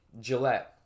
Gillette